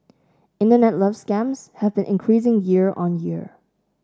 internet love scams have been increasing year on year